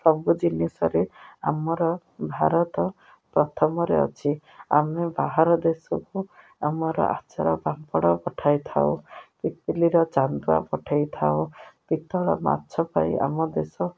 ସବୁ ଜିନିଷରେ ଆମର ଭାରତ ପ୍ରଥମରେ ଅଛି ଆମେ ବାହାର ଦେଶକୁ ଆମର ଆଚାର ପାମ୍ପଡ଼ ପଠାଇଥାଉ ପିପିଲିର ଚାନ୍ଦୁଆ ପଠାଇଥାଉ ପିତଳ ମାଛ ପାଇଁ ଆମ ଦେଶ